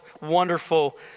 wonderful